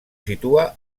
situa